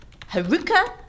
Haruka